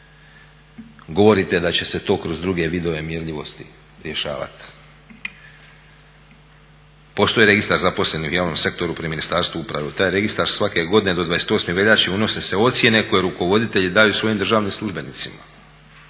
Govorite da će se to kroz druge vidove mjerljivosti rješavati. Postoji registar zaposlenih u javnom sektoru pri Ministarstvu uprave. U taj registar svake godine do 28. veljače unose se ocjene koje rukovoditelji daju svojim državnim službenicima